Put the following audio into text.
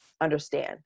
understand